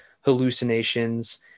hallucinations